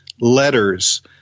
letters